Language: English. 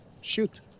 Shoot